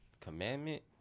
commandment